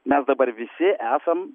mes dabar visi esam